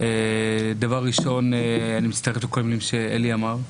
דבר ראשון, אני מצטרף לכל הדברים שאלי אמר.